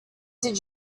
did